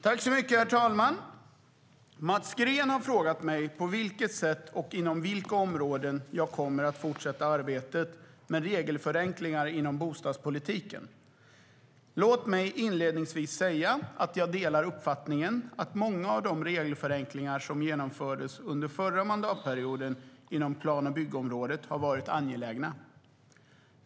Herr talman! Mats Green har frågat mig på vilket sätt, och inom vilka områden, jag kommer att fortsätta arbetet med regelförenklingar inom bostadspolitiken. Låt mig inledningsvis säga att jag delar uppfattningen att många av de regelförenklingar som genomfördes under förra mandatperioden inom plan och byggområdet har varit angelägna.